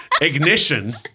Ignition